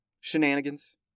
Shenanigans